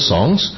Songs